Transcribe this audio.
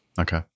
Okay